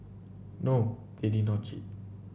no they did not cheat